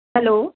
hello